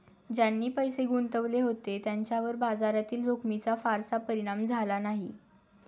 ज्यांनी पैसे गुंतवले होते त्यांच्यावर बाजारातील जोखमीचा फारसा परिणाम झाला नाही